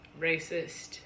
racist